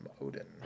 Odin